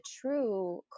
true